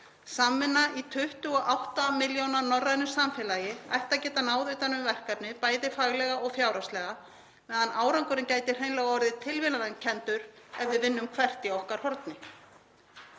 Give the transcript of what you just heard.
Samvinna í 28 milljóna norrænu samfélagi ætti að geta náð utan um verkefnið, bæði faglega og fjárhagslega, á meðan árangurinn gæti hreinlega orðið tilraunakenndur ef við vinnum hvert í okkar horni.